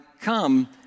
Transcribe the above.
come